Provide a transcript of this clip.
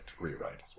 rewrite